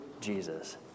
Jesus